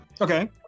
Okay